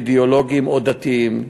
אידיאולוגיים או דתיים,